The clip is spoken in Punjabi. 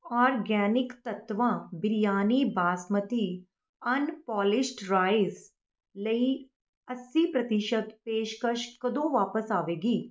organic Tattva biryani basmati unpolished rice ਲਈ ਅੱਸੀ ਪ੍ਰਤੀਸ਼ਤ ਪੇਸ਼ਕਸ਼ ਕਦੋਂ ਵਾਪਸ ਆਵੇਗੀ